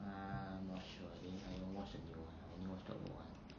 I'm not sure yes I don't watch the new one I only watch the old one